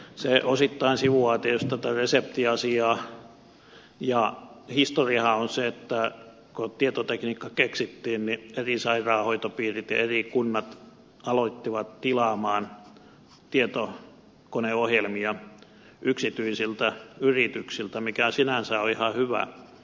se osittain sivuaa tietysti tätä reseptiasiaa ja historiahan on se että kun tietotekniikka keksittiin niin heti sairaanhoitopiirit ja eri kunnat alkoivat tilata tietokoneohjelmia yksityisiltä yrityksiltä mikä sinänsä on ihan hyvä